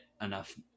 enough